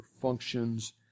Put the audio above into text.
functions